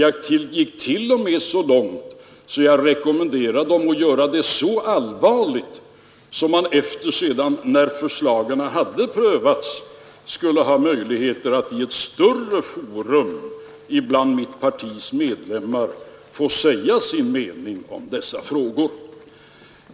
Jag gick t.o.m. så långt att jag rekommenderade kommittén att göra det så allvarligt att man efter det att förslagen hade prövats skulle ha möjligheter att i ett större forum bland mitt partis medlemmar få säga sin mening om dessa frågor.